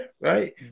right